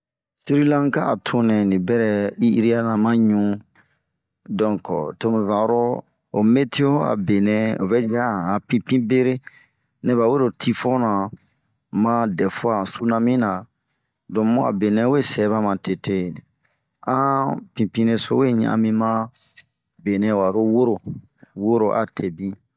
Sirilankaa tun nɛ libarai'iria ma ɲuu, donke tomu zan'oro ho metio a benɛ ovɛ yi a han pinpin beria nɛba wero tifonra ma dɛfua han sunami ra, donk bun a bena we sɛba matete. A han pinpinre so we ɲa'anmi ma benɛ we ve lo woro, woro a tee bin.